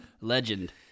Legend